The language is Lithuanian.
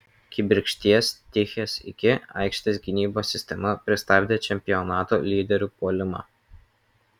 kibirkšties tichės iki aikštės gynybos sistema pristabdė čempionato lyderių puolimą